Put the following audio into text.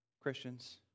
Christians